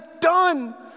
done